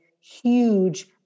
huge